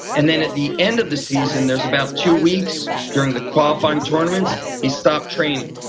and then at the end of the season there's about two weeks during the qualifying tournaments he stopped training.